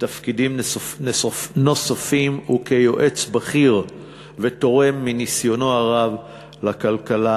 בתפקידים נוספים וכיועץ בכיר ותורם מניסיונו הרב לכלכלה